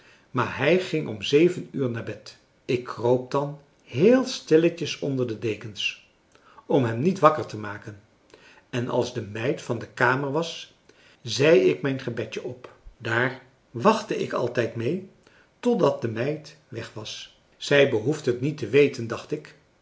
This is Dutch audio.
maar hij ging om zeven uur naar bed ik kroop dan heel stilletjes onder de dekens om hem niet wakker te maken en als de meid van de kamer was zei ik mijn gebedje op daar wachtte ik altijd mee tot dat de meid weg was zij behoeft het niet te weten dacht ik